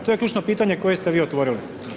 To je ključno pitanje koje ste vi otvorili.